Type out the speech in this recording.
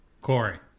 Corey